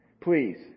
Please